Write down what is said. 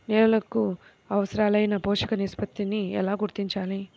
నేలలకు అవసరాలైన పోషక నిష్పత్తిని ఎలా గుర్తించాలి?